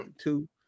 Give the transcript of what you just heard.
two